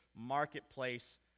marketplace